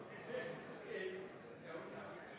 ei